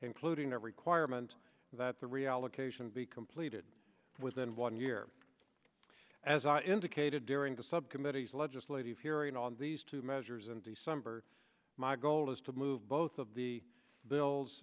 including a requirement that the reallocation be completed within one year as i indicated during the subcommittees legislative hearing on these two measures in december my goal is to move both of the